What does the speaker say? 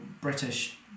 british